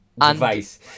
device